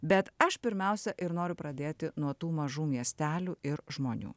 bet aš pirmiausia ir noriu pradėti nuo tų mažų miestelių ir žmonių